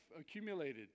accumulated